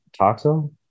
Toxo